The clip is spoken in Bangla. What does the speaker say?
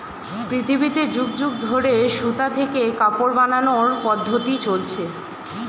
পৃথিবীতে যুগ যুগ ধরে সুতা থেকে কাপড় বানানোর পদ্ধতি চলছে